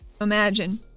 Imagine